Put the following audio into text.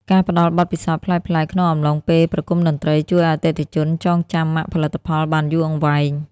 ការផ្តល់បទពិសោធន៍ប្លែកៗ ក្នុងអំឡុងពេលប្រគំតន្ត្រី ជួយឱ្យអតិថិជនចងចាំម៉ាកផលិតផលបានយូរអង្វែង។